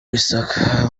isaac